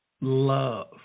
Love